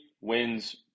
wins